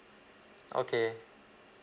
okay